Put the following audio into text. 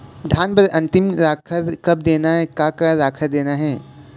धान बर अन्तिम राखर कब देना हे, का का राखर देना हे?